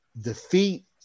defeat